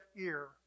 ear